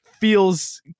feels